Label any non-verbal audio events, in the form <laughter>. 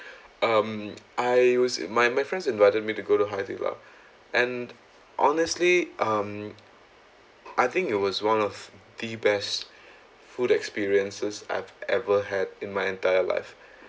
um I was in my my friends invited me to go to Haidilao and honestly um I think it was one of the best food experiences I've ever had in my entire life <breath>